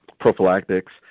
prophylactics